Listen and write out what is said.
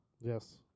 Yes